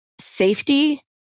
safety